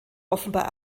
offenbar